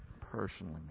Personally